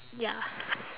ya